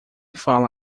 fala